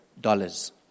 dollars